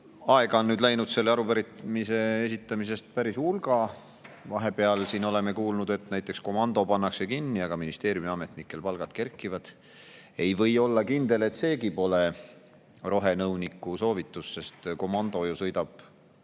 aega on läinud selle arupärimise esitamisest [mööda] päris hulga. Vahepeal oleme kuulnud, et näiteks komando pannakse kinni, aga ministeeriumiametnikel palgad kerkivad. Ei või olla kindel, et seegi pole rohenõuniku soovitus, sest komando sõidab